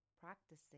practicing